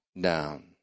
down